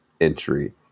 entry